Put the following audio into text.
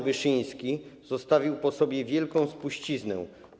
Wyszyński zostawił po sobie wielką spuściznę.